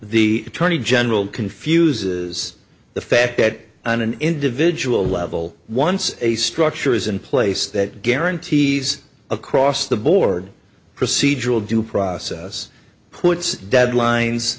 the attorney general confuses the fact that on an individual level once a structure is in place that guarantees across the board procedural due process puts deadlines